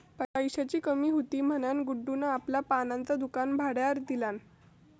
पैशाची कमी हुती म्हणान गुड्डून आपला पानांचा दुकान भाड्यार दिल्यान